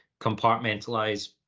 compartmentalize